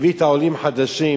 הביא את העולים החדשים,